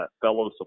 fellow